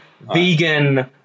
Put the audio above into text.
Vegan